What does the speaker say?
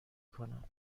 کنم